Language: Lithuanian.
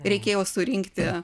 reikėjo surinkti